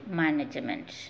management